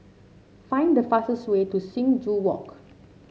find the fastest way to Sing Joo Walk